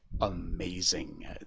amazing